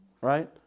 right